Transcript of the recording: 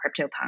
CryptoPunk